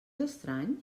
estrany